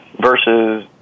versus